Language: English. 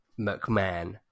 McMahon